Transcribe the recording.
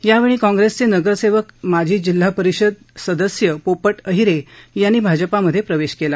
यावेळी कॉग्रेसचे नगरसेवक माजी जिल्हापरिषद सदस्य पोपट अहिरे यांनी भाजपात प्रवेश केला